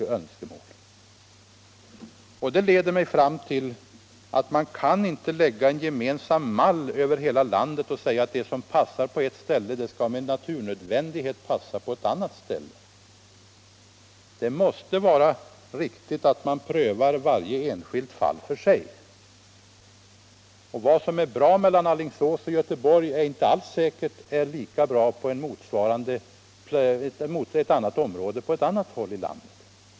Vad jag nu har sagt leder mig fram till slutsatsen att vi inte kan lägga en mall över hela landet och säga att det som passar på ett ställe med naturnödvändighet skall passa på ett annat ställe. Vi måste pröva varje enskilt fall för sig. Vad som är bra för sträckan Göteborg-Alingsås är kanske inte lika bra i ett motsvarande område på annat håll i landet.